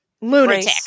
Lunatic